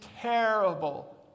terrible